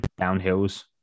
Downhills